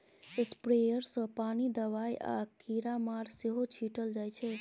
sprayer सँ पानि, दबाइ आ कीरामार सेहो छीटल जाइ छै